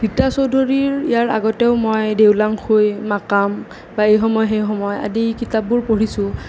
ৰীতা চৌধুৰীৰ ইয়াৰ আগতেও মই দেওলাংখুই মাকাম বা এই সময় সেই সময় আদি কিতাপবোৰ পঢ়িছোঁ